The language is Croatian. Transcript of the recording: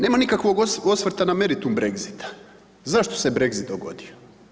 Nema nikakvog osvrta na meritum Brexita, zato se Brexit dogodio.